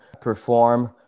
perform